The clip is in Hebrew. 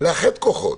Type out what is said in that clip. לאחד כוחות.